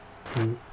mmhmm